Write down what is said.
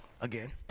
again